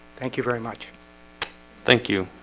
thank you very much thank you.